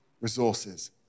resources